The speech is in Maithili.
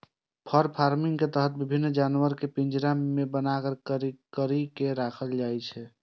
फर फार्मिंग के तहत विभिन्न जानवर कें पिंजरा मे बन्न करि के राखल जाइ छै